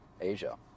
Asia